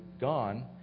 gone